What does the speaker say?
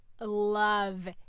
love